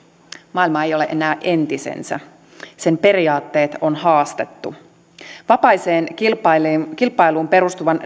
maailma ei ei ole enää entisensä sen periaatteet on haastettu vapaaseen kilpailuun perustuvan